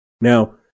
Now